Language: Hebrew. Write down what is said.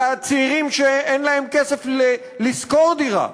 לצעירים שאין להם כסף לשכור דירה?